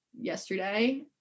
yesterday